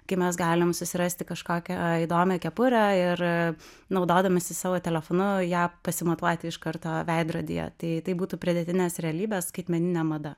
kai mes galim susirasti kažką įdomią kepurę ir naudodamiesi savo telefonu ją pasimatuoti iš karto veidrodyje tai būtų pridėtinės realybės skaitmeninė mada